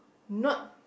not